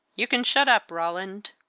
you can shut up, roland.